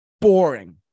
boring